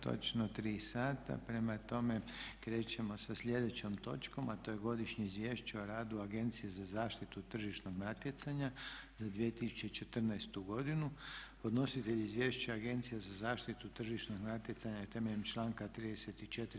Točno tri sata, prema tome krećemo sa sljedećom točkom a to je - Godišnje izvješće o radu Agencije za zaštitu tržišnog natjecanja za 2014. godinu Podnositelj izvješća je Agencija za zaštitu tržišnog natjecanja temeljem članka 34.